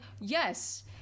yes